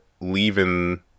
leaving